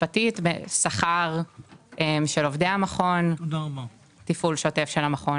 שכר של עובדי המכון, תפעול שוטף שלו.